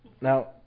Now